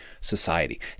society